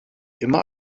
immer